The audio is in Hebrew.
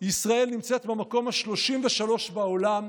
ישראל נמצאת במקום ה-33 בעולם,